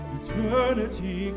eternity